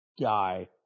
guy